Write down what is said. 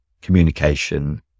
communication